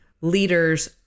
leaders